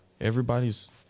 Everybody's